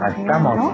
Estamos